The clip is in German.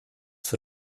für